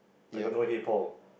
I got no hey paul